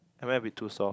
am I a bit too soft